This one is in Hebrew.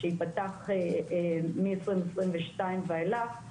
שייפתח מ-2022 ואילך,